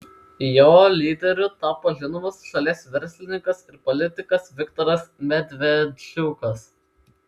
jo lyderiu tapo žinomas šalies verslininkas ir politikas viktoras medvedčiukas